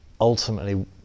ultimately